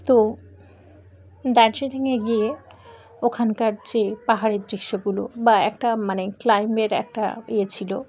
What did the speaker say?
তো দার্জিলিংয়ে গিয়ে ওখানকার যে পাহাড়ের দৃশ্যগুলো বা একটা মানে ক্লাইম্বের একটা ইয়ে ছিল